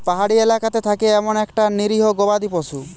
পাহাড়ি এলাকাতে থাকে এমন একটা নিরীহ গবাদি পশু